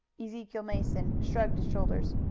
ezekiel mason shrugged his shoulders.